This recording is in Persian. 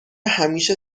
همیشه